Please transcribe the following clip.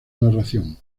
narración